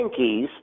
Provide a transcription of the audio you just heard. pinkies